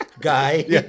guy